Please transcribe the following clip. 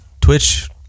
Twitch